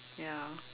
ya